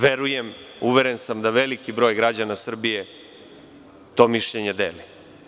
Verujem, uveren sam da veliki broj građana Srbije to mišljenje deli.